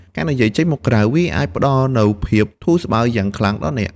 ការនិយាយចេញមកក្រៅ វាអាចផ្តល់នូវភាពធូរស្បើយយ៉ាងខ្លាំងដល់អ្នក។